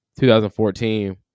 2014